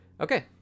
Okay